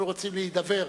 אנחנו רוצים להידבר,